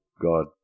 God